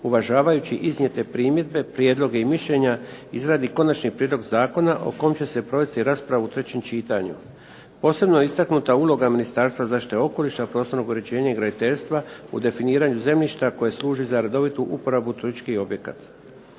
uvažavajući iznijete primjedbe, prijedloge i mišljenja izradi konačni prijedlog zakona o kom će se provesti rasprava u trećem čitanju. Posebno je istaknuta uloga Ministarstva zaštite okoliša, prostornog uređenja i graditeljstva u definiranju zemljišta koje služi za redovitu uporabu turističkih objekata.